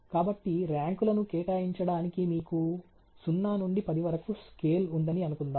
కాబట్టి ర్యాంకులను కేటాయించడానికి మీకు 0 నుండి 10 వరకు స్కేల్ ఉందని అనుకుందాం